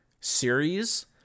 series